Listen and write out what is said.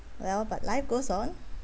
well but life goes on